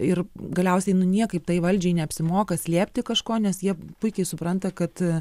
ir galiausiai nu niekaip tai valdžiai neapsimoka slėpti kažko nes jie puikiai supranta kad